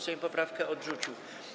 Sejm poprawkę odrzucił.